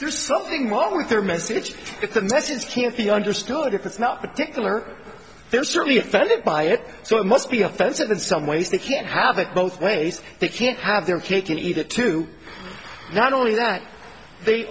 there's something wrong with their message that the message can't be understood if it's not particular they're certainly offended by it so it must be offensive in some ways they can't have it both ways they can't have their cake and eat it too not only that they